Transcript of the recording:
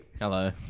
Hello